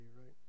right